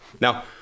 Now